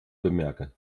bemerken